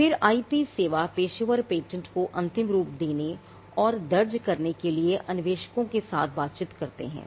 फिर आईपी सेवा पेशेवर पेटेंट को अंतिम रूप देने और दर्ज करने के लिए अन्वेषकों के साथ बातचीत करते हैं